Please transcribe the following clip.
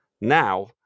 now